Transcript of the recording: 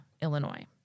Illinois